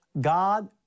God